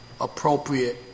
appropriate